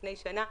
לפני שנה,